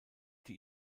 die